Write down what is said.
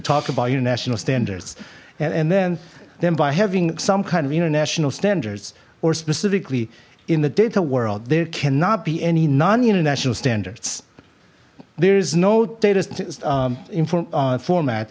talk about international standards and and then then by having some kind of international standards or specifically in the data world there cannot be any non international standards there is no data in format